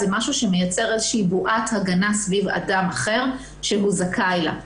זה מייצר בועת הגנה סביב אדם אחר שהוא זכאי לה.